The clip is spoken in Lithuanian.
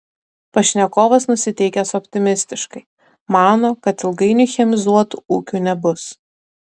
pašnekovas nusiteikęs optimistiškai mano kad ilgainiui chemizuotų ūkių nebus